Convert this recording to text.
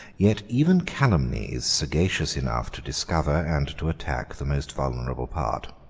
yet even calumny is sagacious enough to discover and to attack the most vulnerable part.